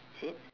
is it